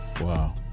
Wow